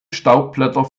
staubblätter